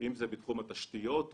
- בתחום התשתיות,